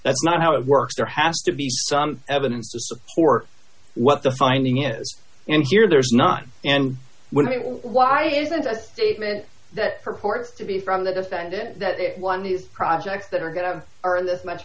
that's not how it works there has to be some evidence to support what the finding is and here there's not and when we why isn't a statement that purports to be from the defendant that one these projects that are going to have are this much